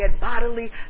bodily